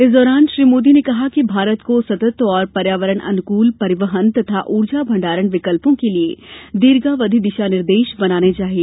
इस दौरान श्री मोदी ने कहा कि भारत को सतत और पर्यावरण अनुकूल परिवहन तथा ऊर्जा भंडारण विकल्पों के लिए दीर्घावधि दिशा निर्देश बनाने चाहिए